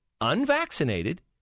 unvaccinated